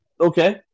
Okay